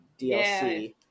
DLC